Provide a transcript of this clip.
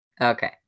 Okay